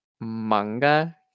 manga